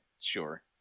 Sure